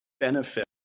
benefit